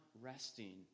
resting